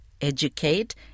educate